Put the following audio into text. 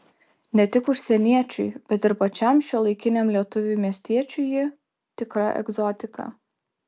ne tik užsieniečiui bet ir pačiam šiuolaikiniam lietuviui miestiečiui ji tikra egzotika